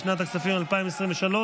לשנת הכספים 2023,